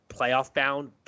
playoff-bound